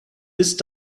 ist